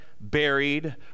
buried